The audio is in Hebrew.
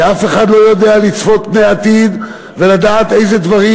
כי אף אחד לא יודע לצפות פני העתיד ולדעת איזה דברים